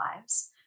lives